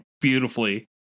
beautifully